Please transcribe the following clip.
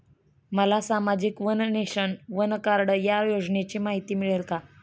मला सामाजिक one nation, one card या योजनेची माहिती मिळेल का?